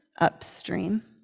upstream